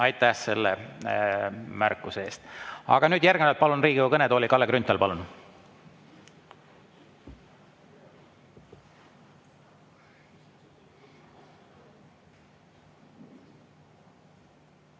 Aitäh selle märkuse eest! Aga nüüd järgnevalt palun Riigikogu kõnetooli Kalle Grünthali. Palun!